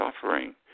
suffering